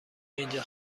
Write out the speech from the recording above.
اینجا